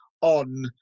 on